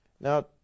Now